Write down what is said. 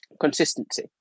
consistency